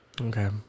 Okay